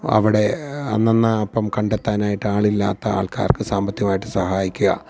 അവിടെ അന്നന്ന് അപ്പം കണ്ടെത്താനായിട്ട് ആളില്ലാത്ത ആള്ക്കാര്ക്ക് സാമ്പത്തികമായിട്ട് സഹായിക്കുക